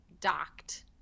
docked